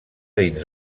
dins